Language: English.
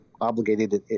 obligated